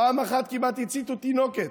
פעם אחת כמעט הציתו תינוקת.